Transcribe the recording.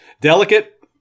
Delicate